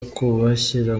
kubashyira